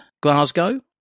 Glasgow